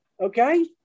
Okay